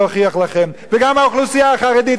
וגם האוכלוסייה החרדית יכולה להגיד את זה.